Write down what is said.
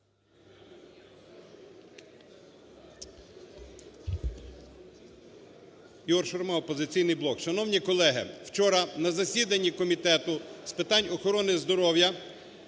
Шановні колеги! Вчора на засіданні Комітету з питань охорони здоров'я